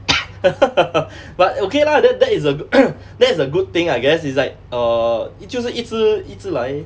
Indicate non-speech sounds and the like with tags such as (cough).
(coughs) (laughs) but okay lah that that is a (noise) that's a good thing I guess it's like err 就是一直一直来